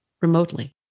remotely